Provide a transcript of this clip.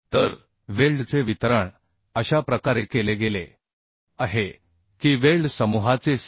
तर वेल्डचे वितरण अशा प्रकारे केले गेले आहे की वेल्ड समूहाचे Cg